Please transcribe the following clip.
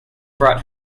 brought